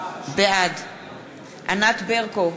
בעד ענת ברקו,